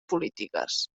polítiques